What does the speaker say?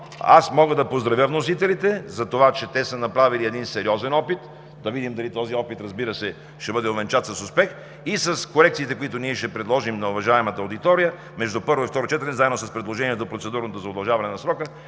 аз мога да поздравя вносителите за това, че са направили един сериозен опит. Да видим дали този опит, разбира се, ще бъде увенчан с успех. С корекциите, които ще предложим на уважаемата аудитория между първо и второ четене, заедно с процедурното предложение за удължаване на срока,